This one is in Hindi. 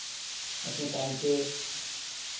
अपने टाइम से